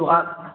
तो आप